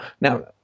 now